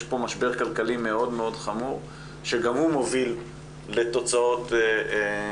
פה משבר כלכלי מאוד מאוד חמור שגם הוא מוביל לתוצאות שהן